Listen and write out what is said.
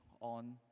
on